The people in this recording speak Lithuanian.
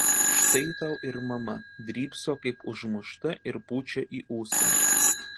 štai tau ir mama drybso kaip užmušta ir pučia į ūsą